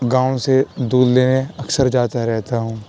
گاؤں سے دودھ لینے اکثر جاتا رہتا ہوں